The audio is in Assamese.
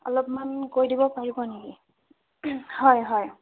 অলপমান কৈ দিব পাৰিব নেকি হয় হয়